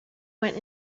went